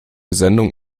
sendung